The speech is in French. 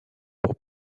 pour